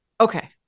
Okay